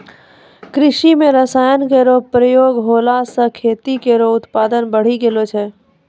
कृषि म रसायन केरो प्रयोग होला सँ खेतो केरो उत्पादन बढ़ी गेलो छै